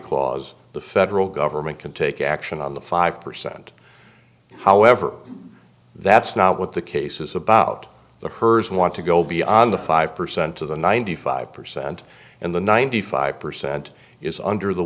clause the federal government can take action on the five percent however that's not what the case is about the kurds want to go beyond the five percent of the ninety five percent and the ninety five percent is under the